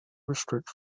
restrict